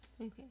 Okay